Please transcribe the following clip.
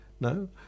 No